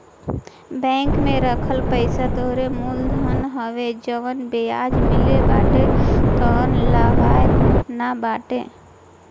bank में रखल पईसा तोहरा मूल धन हवे जवन बियाज मिलत बाटे उ तअ लाभवे न बाटे